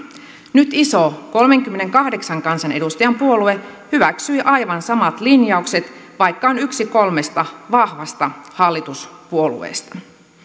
nyt iso kolmenkymmenenkahdeksan kansanedustajan puolue hyväksyi aivan samat linjaukset vaikka on yksi kolmesta vahvasta hallituspuolueesta